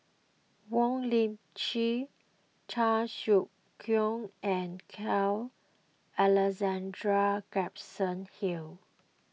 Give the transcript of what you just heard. Wong Lip Chin Chan Sek Keong and Carl Alexander Gibson Hill